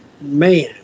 Man